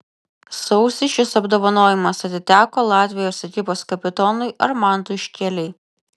sausį šis apdovanojimas atiteko latvijos ekipos kapitonui armandui škėlei